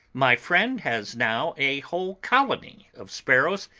my friend has now a whole colony of sparrows,